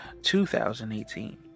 2018